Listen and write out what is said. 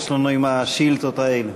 יש לנו עם השאילתות האלה.